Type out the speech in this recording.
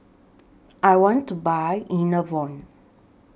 I want to Buy Enervon